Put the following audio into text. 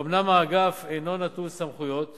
אומנם האגף אינו נטול סמכויות לחלוטין,